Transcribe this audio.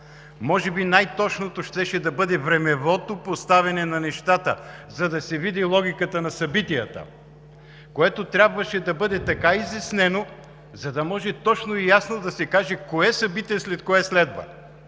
Може би най-точното щеше да бъде времевото поставяне на нещата, за да се види логиката на събитията, което трябваше да бъде така изяснено, че да може точно и ясно да се каже кое събитие след кое следва